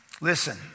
Listen